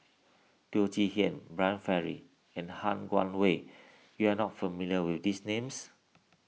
Teo Chee Hean Brian Farrell and Han Guangwei you are not familiar with these names